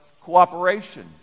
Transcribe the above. cooperation